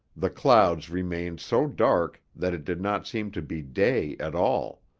the clouds remained so dark that it did not seem to be day at all.